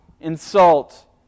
insult